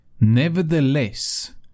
Nevertheless